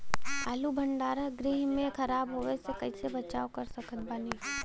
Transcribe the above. आलू भंडार गृह में खराब होवे से कइसे बचाव कर सकत बानी?